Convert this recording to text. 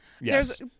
yes